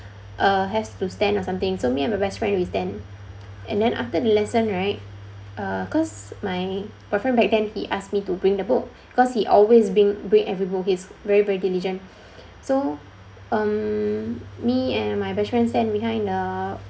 uh has to stand or something so me and my best friend we stand and then after the lesson right uh cause my boyfriend back then he asked me to bring the book cause he always bring bring every book he's very very diligent so um me and my best friend stand behind the